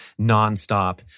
nonstop